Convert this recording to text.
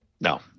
No